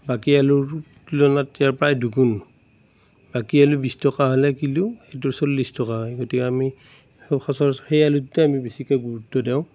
বাকী আলুৰ তুলনাত ইয়াৰ প্ৰায় দুগুণ বাকী আলু বিশ টকা হ'লে কিলো এইটোৰ চল্লিছ টকা হয় গতিকে আমি সচৰাচৰ সেই আলুটোতে আমি বেছিকৈ গুৰুত্ব দিওঁ